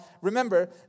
remember